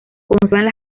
conservan